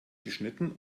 geschnitten